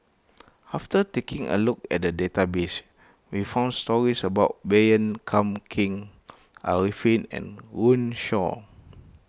after taking a look at the database we found stories about Baey Yam Keng Arifin and Runme Shaw